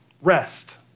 rest